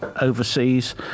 overseas